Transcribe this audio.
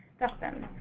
dustin?